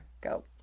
go